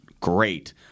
great